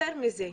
יותר מזה,